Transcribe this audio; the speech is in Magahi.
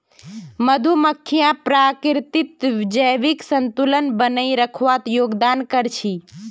मधुमक्खियां प्रकृतित जैविक संतुलन बनइ रखवात योगदान कर छि